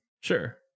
Sure